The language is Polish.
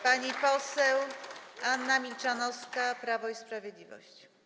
Pani poseł Anna Milczanowska, Prawo i Sprawiedliwość.